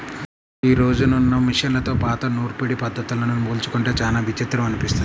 యీ రోజునున్న మిషన్లతో పాత నూర్పిడి పద్ధతుల్ని పోల్చుకుంటే చానా విచిత్రం అనిపిస్తది